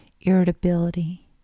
irritability